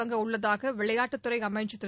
தொடங்க உள்ளதாக விளையாட்டுத்துறை அமைச்ச் திரு